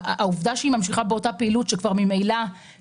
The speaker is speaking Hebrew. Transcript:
אבל יש פה מסמך שהם הודו שהם מדברים ואמרה זאת אפרת לקס.